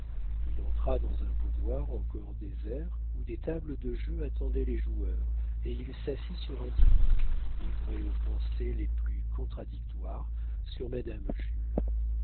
il entra dans un boudoir encore désert où des tables de jeu attendaient les joueurs et il s'assit sur un divan livré aux pensées les plus contradictoires sur madame jules